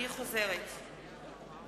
אני חוזרת על שמות